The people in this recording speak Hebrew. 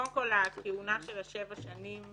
קודם כל לגבי הכהונה של שבע שנים,